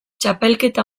txapelketa